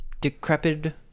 decrepit